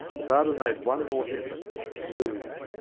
the barber made one more effort. say,